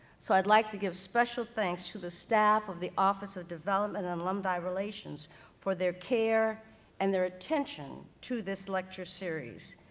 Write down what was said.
so i'd like to give special thanks to the staff of the office of development and alumni relations for their care and their attention to this lecture series,